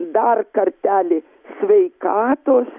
dar kartelį sveikatos